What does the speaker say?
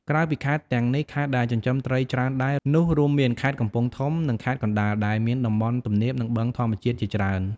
ក្រៅពីខេត្តទាំងនេះ ខេត្តដែលចិញ្ចឹមត្រីច្រើនដែរនោះរួមមាន ខេត្តកំពង់ធំ និងខេត្តកណ្ដាល ដែលមានតំបន់ទំនាប និងបឹងធម្មជាតិជាច្រើន។